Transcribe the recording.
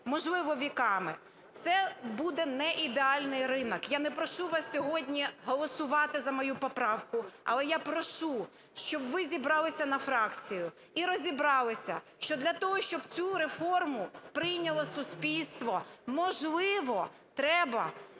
можливо, віками. Це буде не ідеальний ринок. Я не прошу вас сьогодні голосувати за мою поправку, але я прошу, щоб ви зібралися на фракцію і розібралися, що для того, щоб цю реформу сприйняло суспільство, можливо, треба